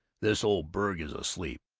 this old burg is asleep!